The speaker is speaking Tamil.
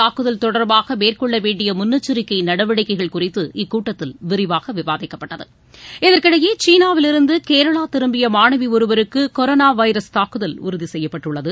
தாக்குதல் தொடர்பாகமேற்கொள்ளவேண்டியமுன்னெச்சரிக்கைநடவடிக்கைகள் வைரஸ் குறித்து இக்கூட்டத்தில் விரிவாகவிவாதிக்கப்பட்டது சீனாவிலிருந்துகேரளாதிரும்பியமாணவிஒருவருக்குகொரோனாவைரஸ் இதற்கிடையே தாக்குதல் உறுதிசெய்யப்பட்டுள்ளது